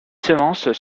semences